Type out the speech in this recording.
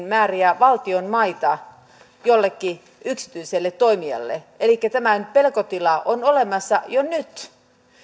määriä valtion maita jollekin yksityiselle toimijalle elikkä tämä pelkotila on olemassa jo nyt